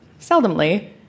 Seldomly